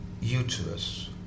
uterus